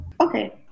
okay